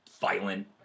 violent